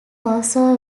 also